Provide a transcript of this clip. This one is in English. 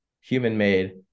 human-made